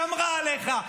שמרה עליך.